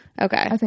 okay